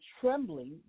trembling